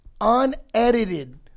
unedited